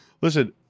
Listen